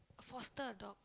foster a dog